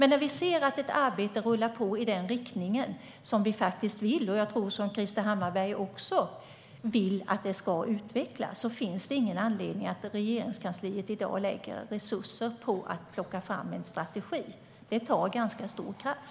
När vi ser att ett arbete rullar på i den riktning vi vill, som jag också tror att Krister Hammarbergh vill, finns det ingen anledning att Regeringskansliet i dag ska lägga resurser på att plocka fram en strategi. Det tar stor kraft.